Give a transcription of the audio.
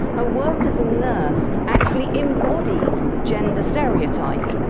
her work as a nurse actually embodies gender stereotype.